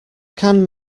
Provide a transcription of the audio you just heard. can